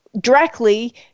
directly